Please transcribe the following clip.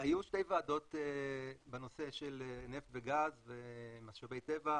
היו שתי ועדות בנושא של נפט וגז ומשאבי טבע,